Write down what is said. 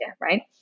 right